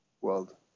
world